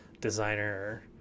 designer